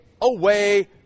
away